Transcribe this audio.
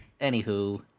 anywho